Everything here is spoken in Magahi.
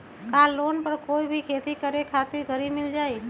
का लोन पर कोई भी खेती करें खातिर गरी मिल जाइ?